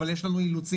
אבל יש לנו אילוצים,